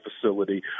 facility